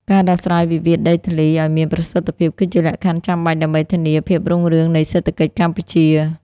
ការដោះស្រាយវិវាទដីធ្លីឱ្យមានប្រសិទ្ធភាព គឺជាលក្ខខណ្ឌចាំបាច់ដើម្បីធានាភាពរុងរឿងនៃសេដ្ឋកិច្ចកម្ពុជា។